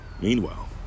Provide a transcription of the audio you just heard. Meanwhile